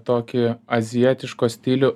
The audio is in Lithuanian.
tokį azijietiško stilių